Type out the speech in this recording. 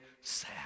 sad